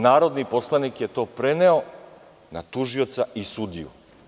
Narodni poslanik je to preneo na tužioca i sudiju.